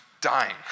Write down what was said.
dying